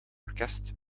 orkest